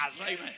Amen